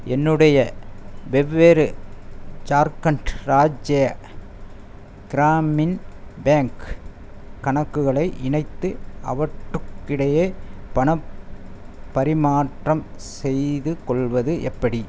என்னுடைய வெவ்வேறு ஜார்க்கண்ட் ராஜ்ய கிராமின் பேங்க் கணக்குகளை இணைத்து அவட்றுக்கிடையே பணப் பரிமாற்றம் செய்துகொள்வது எப்படி